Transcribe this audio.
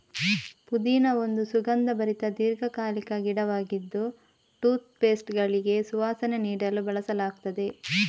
ಪುದೀನಾ ಒಂದು ಸುಗಂಧಭರಿತ ದೀರ್ಘಕಾಲಿಕ ಗಿಡವಾಗಿದ್ದು ಟೂತ್ ಪೇಸ್ಟುಗಳಿಗೆ ಸುವಾಸನೆ ನೀಡಲು ಬಳಸಲಾಗ್ತದೆ